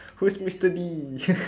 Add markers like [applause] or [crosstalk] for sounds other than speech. who's mister D [noise]